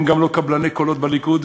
הם גם לא קבלני קולות בליכוד.